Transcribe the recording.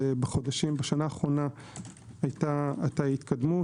בשנה האחרונה הייתה התקדמות,